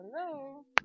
hello